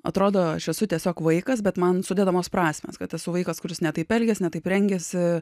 atrodo aš esu tiesiog vaikas bet man sudedamos prasmės kad esu vaikas kuris ne taip elgiasi ne taip rengiasi